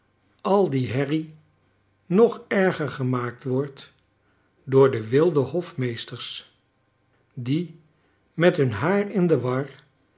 al die herrie nog erger gemaakt wordt door de wilde hofmeesters die met hun haar in de war